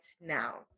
now